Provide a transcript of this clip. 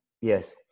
Yes